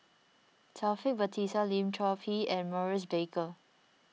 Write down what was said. Taufik Batisah Lim Chor Pee and Maurice Baker